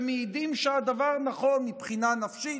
שמעידים שהדבר נכון מבחינה נפשית,